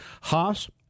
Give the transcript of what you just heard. Haas